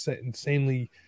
insanely